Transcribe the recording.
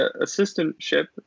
assistantship